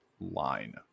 line